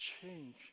change